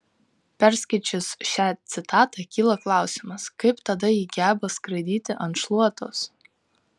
perskaičius šią citatą kyla klausimas kaip tada ji geba skraidyti ant šluotos